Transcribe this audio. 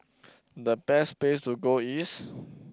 the best place to go is